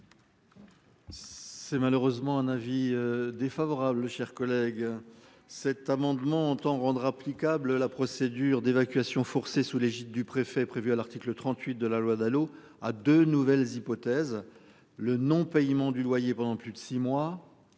C'est malheureusement un avis défavorable, chers collègues. Cet amendement entend rendre applicable. La procédure d'évacuation forcée sous l'égide du préfet prévue à l'article 38 de la loi Dalo à de nouvelles hypothèses. Le non-, paiement du loyer pendant plus de 6 mois.